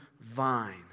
vine